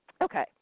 Okay